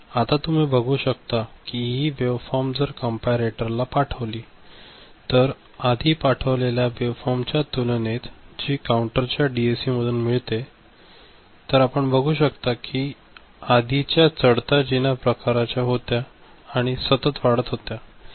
आता तुम्ही बघू शकता कि हि वेवफॉर्म जर कॅम्पारेटर ला पाठवली तर आधी पाठवलेल्या वेवफॉर्म च्या तुलनेत जी काउंटर च्या डीएसी मधून मिळते तर आपण बघू शकता कि आधी च्या चढता जिना प्रकारच्या होत्या आणि सतत वाढत होत्या